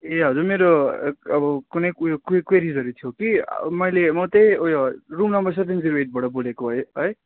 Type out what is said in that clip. ए हजुर मेरो अब कुनै उयो कुयो क्वेरिजहरू थियो कि अब मैले मात्रै उयो रुम नम्बर सेभेन जिरो एटबाट बोलेको है है